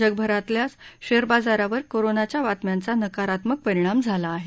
जगभरातल्याच share बाजारांवर कोरोनाच्या बातम्यांचा नकारात्मक परिणाम झाला आहे